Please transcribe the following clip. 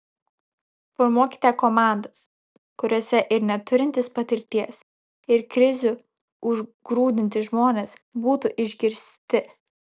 formuokite komandas kuriose ir neturintys patirties ir krizių užgrūdinti žmonės būtų išgirsti